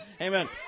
Amen